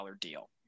deal